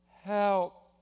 help